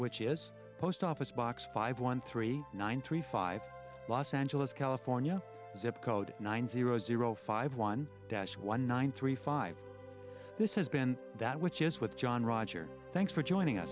which is post office box five one three one three five los angeles california zip code nine zero zero five one dash one nine three five this has been that which is with john roger thanks for joining u